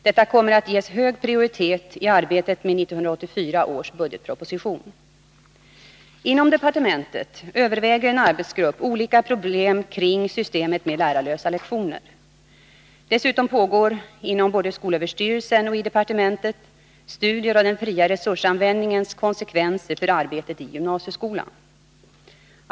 Detta kommer att ges hög prioritet Inom departementet överväger en arbetsgrupp olika problem kring systemet med lärarlösa lektioner. Dessutom pågår både inom skolöverstyrelsen och i departementet studier av den fria resursanvändningens konsekvenser för arbetet i gymnasieskolan.